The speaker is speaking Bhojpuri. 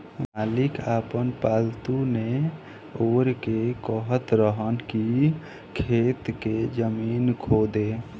मालिक आपन पालतु नेओर के कहत रहन की खेत के जमीन खोदो